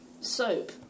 soap